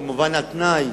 כמובן, התנאי,